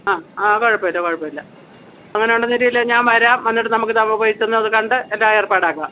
ആ ആ കുഴപ്പമില്ല കുഴപ്പമില്ല അങ്ങനെ ഉണ്ടെന്ന് വരുകിൽ ഞാൻ വരാം വന്നിട്ട് നമുക്ക് അത് അവിടെ പോയി ചെന്ന് അത് കണ്ട് എല്ലാ ഏർപ്പാടാക്കാം